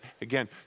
again